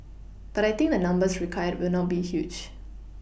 but I think the numbers required will not be huge